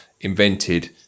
invented